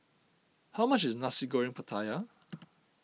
how much is Nasi Goreng Pattaya